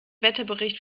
wetterbericht